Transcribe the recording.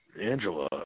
Angela